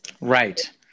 Right